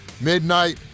Midnight